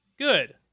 good